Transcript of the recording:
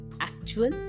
actual